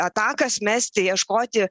atakas mesti ieškoti